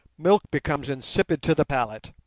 milk becomes insipid to the palate.